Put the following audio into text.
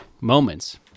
moments